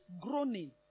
groaning